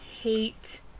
hate